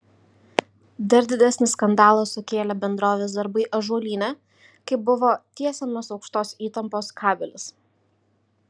dar didesnį skandalą sukėlė bendrovės darbai ąžuolyne kai buvo tiesiamas aukštos įtampos kabelis